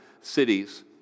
cities